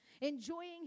enjoying